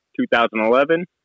2011